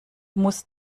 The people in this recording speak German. muss